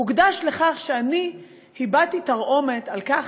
הוקדש לכך שאני הבעתי תרעומת על כך